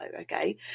okay